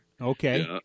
Okay